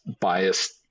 biased